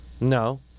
No